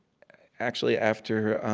actually, after